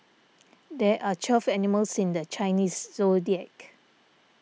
there are twelve animals in the Chinese zodiac